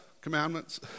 commandments